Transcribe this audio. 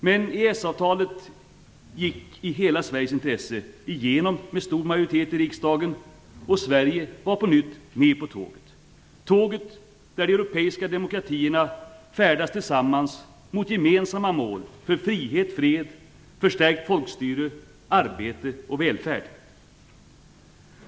Men EES-avtalet gick, i hela Sveriges intresse, igenom med stor majoritet i riksdagen och Sverige var på nytt med på tåget. Sverige var med på tåget där de europeiska demokratierna färdas tillsammans mot gemensamma mål för frihet, fred, förstärkt folkstyre, arbete och välfärd.